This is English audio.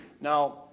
Now